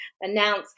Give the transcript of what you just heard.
Announce